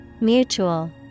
mutual